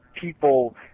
people